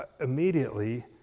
immediately